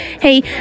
Hey